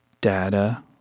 data